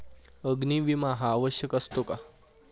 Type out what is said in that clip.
अग्नी विमा हा आवश्यक असतो का?